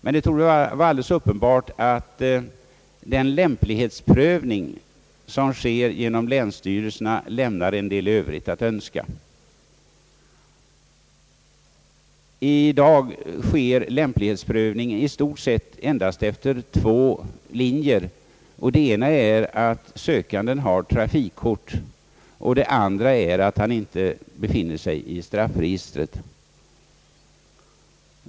Det torde emellertid vara alldeles uppenbart att den lämplighetsprövning, som sker genom länsstyrelserna, lämnar en del övrigt att önska. I dag sker lämplighetsprövning i stort sett endast på två grunder. Den ena är att sökanden har trafikkort och den andra är att han inte befinner sig i straffregistret.